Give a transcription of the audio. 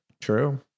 True